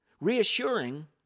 reassuring